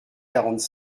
quarante